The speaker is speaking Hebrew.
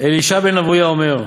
"אלישע בן אבויה אומר,